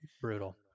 brutal